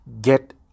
get